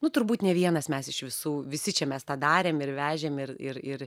nu turbūt nė vienas mes iš visų visi čia mes tą darėm ir vežėm ir ir ir